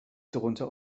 drunter